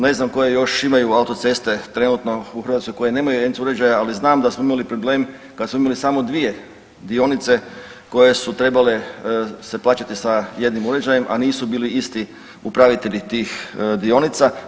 Ne znam koje još imaju autoceste trenutno u Hrvatskoj koje nemaju ENC uređaja ali znamo da smo imali problem kad smo imali samo 2 dionice koje su trebale se plaćati sa jednim uređajem, a nisu bili isti upravitelji tih dionica.